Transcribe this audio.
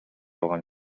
алган